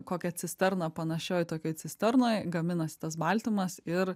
kokią cisterną panašioj tokioj cisternoj gaminasi tas baltymas ir